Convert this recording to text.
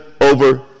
over